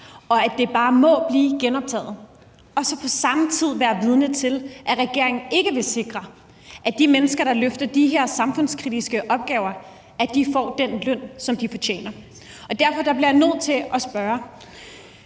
og at det bare må blive genoptaget. Og så på den anden side være vidne til, at regeringen ikke vil sikre, at de mennesker, der løfter de her samfundskritiske opgaver, får den løn, som de fortjener. Derfor bliver jeg nødt til at spørge: